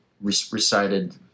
recited